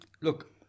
Look